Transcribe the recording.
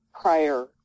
prior